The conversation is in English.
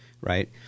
right